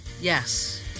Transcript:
yes